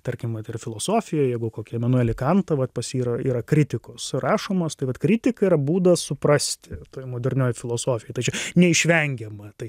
tarkim vat ir filosofijoj jeigu kokį emanuelį kantą vat pas jį yra yra rašomos tai vat kritika yra būdas suprasti modernioji filosofija tai čia neišvengiama tai